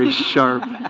ah sharp